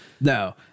No